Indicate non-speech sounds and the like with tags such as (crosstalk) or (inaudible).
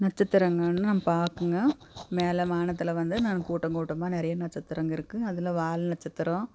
நட்சத்திரங்கன்னு (unintelligible) பாக்குங்க மேல வானத்தில் வந்து நானு கூட்டம் கூட்டமாக நிறைய நட்சத்திரங்கள் இருக்குது அதில் வால் நட்சத்திரம்